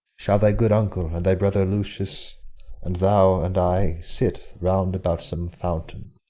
shall thy good uncle and thy brother lucius and thou and i sit round about some fountain,